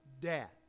death